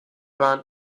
bahn